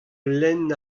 lenn